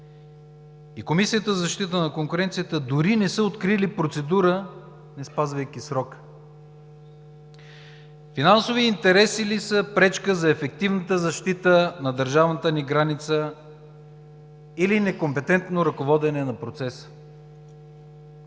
и Комисията за защита на конкуренцията дори не са открили процедура, неспазвайки срока. Финансови интереси ли са пречка за ефективната защита на държавната ни граница, или некомпетентно ръководене на процеса?